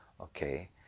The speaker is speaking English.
okay